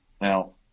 now